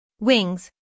wings